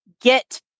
get